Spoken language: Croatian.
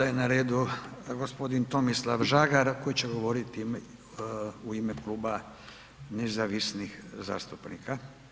Sada je na redu gospodin Tomislav Žagar koji će govoriti u ime Kluba nezavisnih zastupnika.